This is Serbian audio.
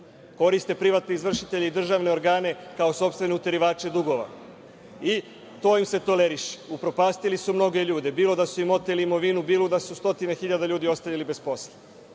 koriste privatne izvršitelje i državne organe kao sopstvene uterivače dugova i to im se toleriše. Upropastili su mnoge ljude, bilo da su im oteli imovinu, bilo da su stotine hiljada ljudi ostavili bez posla.